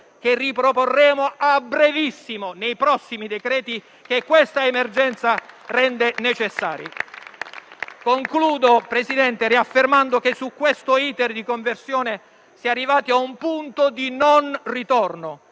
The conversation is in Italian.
che riproporremo a brevissimo, nei prossimi decreti che l'attuale emergenza rende necessari. Concludo, Presidente, riaffermando che su questo *iter* di conversione si è arrivati a un punto di non ritorno.